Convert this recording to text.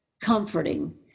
comforting